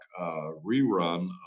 rerun